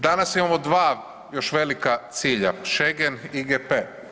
Danas imamo dva još velika cilja, Schengen i IGP.